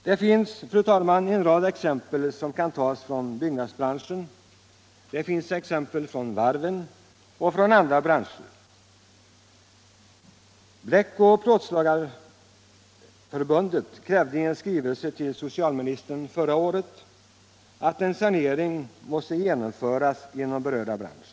Det finns, fru talman, en rad exempel som kan tas från byggnadsbranschen, varven och andra branscher. Bleckoch plåtslagareförbundet krävde i en skrivelse till socialministern förra året att en sanering skulle genomföras inom ifrågavarande bransch.